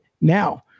Now